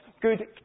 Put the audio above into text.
good